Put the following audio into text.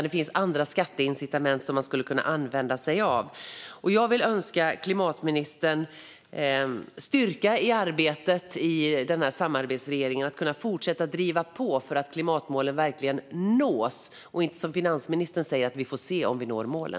Det finns andra skatteincitament som man skulle kunna använda. Jag vill önska klimatministern styrka nog att i denna samarbetsregering fortsätta driva på så att klimatmålen verkligen nås. Det ska inte vara så som finansministern säger, att vi får se om vi når målen.